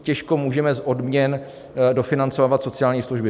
Těžko můžeme z odměn dofinancovávat sociální služby.